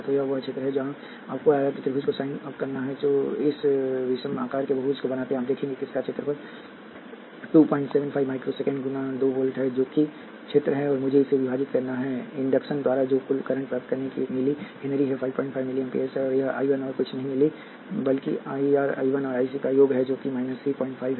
तो यह वह क्षेत्र है जहाँ आपको आयत और त्रिभुज को साइन अप करना है जो इस विषम आकार के बहुभुज को बनाते हैं आप देखेंगे कि इसका क्षेत्रफल 275 माइक्रो सेकंड गुणा 2 वोल्ट है जो कि क्षेत्र है और मुझे इसे विभाजित करना है इंडक्शन द्वारा जो कुल करंट प्राप्त करने के लिए एक मिली हेनरी है 55 मिली amps और यह I 1 और कुछ नहीं बल्कि I r I l और I c का योग है जो 35 है